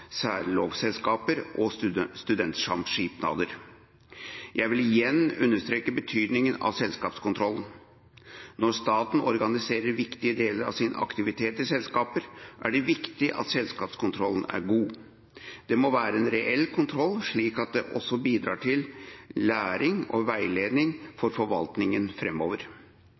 særlovselskaper og studentsamskipnader. Jeg vil igjen understreke betydningen av selskapskontrollen. Når staten organiserer viktige deler av sin aktivitet i selskaper, er det viktig at selskapskontrollen er god. Det må være en reell kontroll slik at det også bidrar til læring og veiledning for forvaltningen